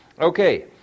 Okay